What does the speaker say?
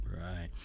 Right